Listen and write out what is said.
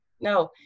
no